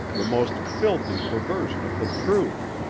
the most filthy perversion of the truth.